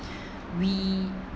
we